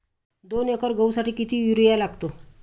दोन एकर गहूसाठी किती युरिया लागतो?